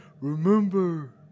Remember